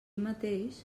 mateix